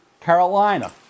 Carolina